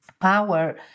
power